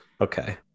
okay